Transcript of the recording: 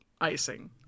icing